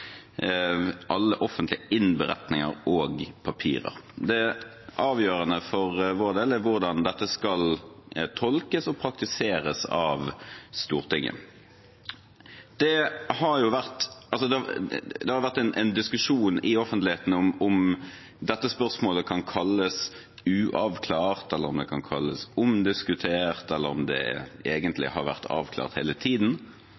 avgjørende for vår del er hvordan dette skal tolkes og praktiseres av Stortinget. Det har vært en diskusjon i offentligheten om hvorvidt dette spørsmålet kan kalles uavklart, om det kan kalles omdiskutert, eller om det egentlig har vært avklart hele tiden.